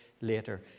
later